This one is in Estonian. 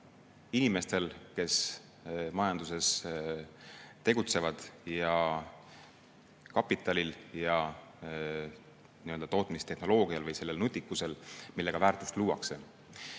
inimestel, kes majanduses tegutsevad, ning kapitalil ja tootmistehnoloogial ehk sellel nutikusel, millega väärtust luuakse.